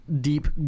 deep